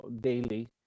daily